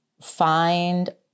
find